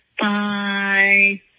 Bye